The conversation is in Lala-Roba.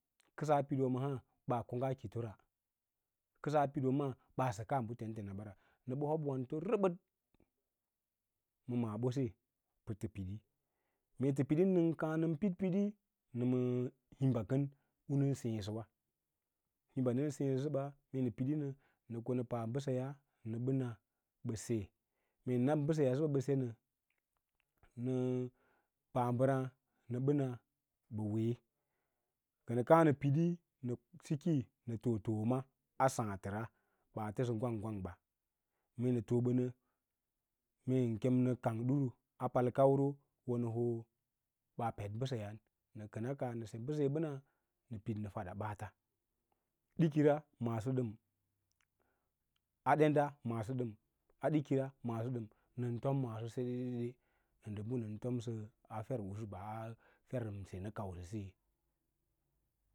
Kəsaa piɗwa maa ɓaa kongga kifora kəsaa pidwa maa baa səkaa bə tentena ɓara nə bə hob wanto rəbəd ma maaɓose pətə pidi, mee tə pidinə nən kaã nən pid piɗi nə ma himba kən u nən sěěsəwa, himba nən seẽsə səba nə ko nə pa mbəseyaa nə ɓə na bə se mee nə na ɓə mbəseyaa sə ɓa ɓə se nə, nə pa mbəraã na bə na ɓə wee kənə kaã nə pidi nə siki nə foꞌo toꞌoma a sǎǎtəra ɓaa təsə gwang gwang ɓa mee toꞌo ɓə nə mee nə keni nə kang ɗiru a palkauro wonə hoo ɓaa peɗ mbəseyaam nə kəna kaah nə se mbəseyaa ɓəna nə pid nə fadaa bəaata. Aikira masso ɗən a ɗenda maaso ɗəm a ɗikira maaso ɗəm nən tom maaso seɗede ə ndə bə nən tamsə a fe usu ɓa a fer unə kausə siyoya.